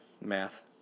math